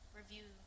review